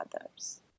others